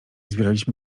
zbieraliśmy